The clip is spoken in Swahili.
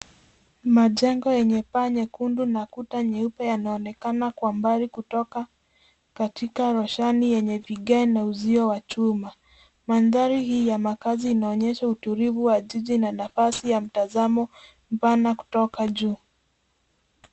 Majengo yenye paa nyekundu na kuta nyeupe yanaonekana kwa mbali kutoka katika roshani yenye vigae na uzio wa chuma. Mandhari hii ya makazi inaonyesha utulivu wa jiji na nafasi ya mtazamo mpana kutoka juu.